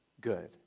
good